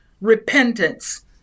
repentance